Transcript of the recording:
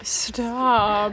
stop